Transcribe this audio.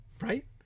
Right